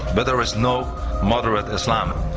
but there is no moderate islam